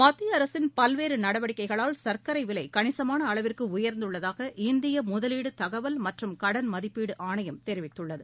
மத்திய அரசின் பல்வேறு நடவடிக்கைகளால் சர்க்கரை விலை கணிசமான அளவிற்கு உயர்ந்துள்ளதாக இந்திய முதலீடு தகவல் மற்றும் கடன் மதிப்பீடு ஆணையம் தெரிவித்துள்ளது